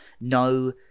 no